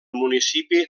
municipi